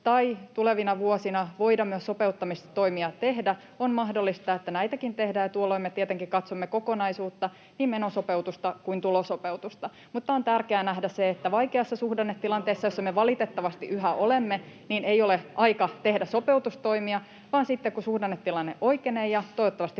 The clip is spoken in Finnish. tai tulevina vuosina voida myös sopeuttamistoimia tehdä. On mahdollista, että näitäkin tehdään, ja tuolloin me tietenkin katsomme kokonaisuutta, niin menosopeutusta kuin tulosopeutusta. Mutta on tärkeää nähdä se, että vaikeassa suhdannetilanteessa, [Ben Zyskowicz: Tulosopeutus on suomeksi veronkiristys!] jossa me valitettavasti yhä olemme, ei ole aika tehdä sopeutustoimia, vaan sitten kun suhdannetilanne oikenee ja toivottavasti